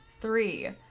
Three